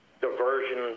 diversion